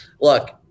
Look